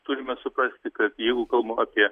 turime suprasti kad jeigu kalbam apie